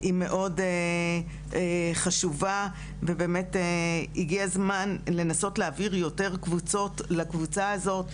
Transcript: היא מאוד חשובה ובאמת הגיע הזמן לנסות להעביר יותר קבוצות לקבוצה הזאת,